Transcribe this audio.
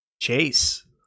Chase